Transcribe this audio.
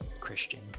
christian